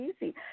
easy